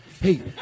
Hey